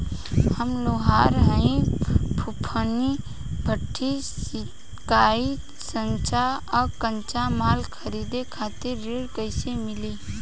हम लोहार हईं फूंकनी भट्ठी सिंकचा सांचा आ कच्चा माल खरीदे खातिर ऋण कइसे मिली?